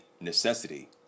necessity